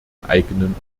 eigenen